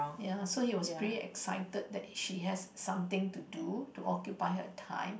ya so he was pretty excited that she has something to do to occupy her time